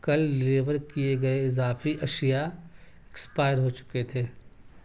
کل ڈلیور کیے گئے اضافی اشیا ایکسپائر ہو چکے تھے